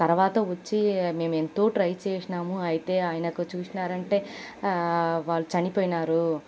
తర్వాత వచ్చి మేమెంతో ట్రై చేసాము అయితే ఆయనకు చూశారంటే వాళ్ళు చనిపోయినారు